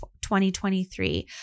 2023